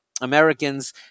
Americans